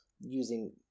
using